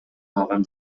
калган